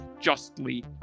justly